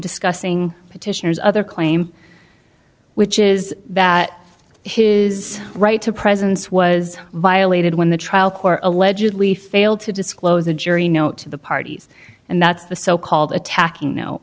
discussing petitioners other claim which is that his right to presence was violated when the trial court allegedly failed to disclose a jury note to the parties and that's the so called attacking no